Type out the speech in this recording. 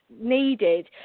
needed